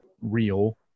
real